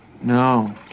no